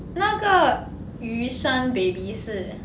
那个鱼生 baby 是